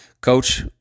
Coach